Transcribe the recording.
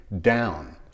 down